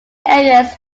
areas